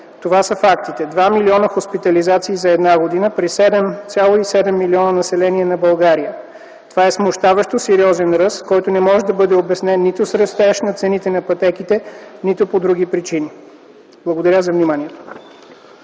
Това са фактите – 2 милиона хоспитализации за една година при 7,7 милиона население на България! Това е смущаващо сериозен ръст, който не може да бъде обяснен нито с растежа на цените на пътеките, нито по други причини. Благодаря.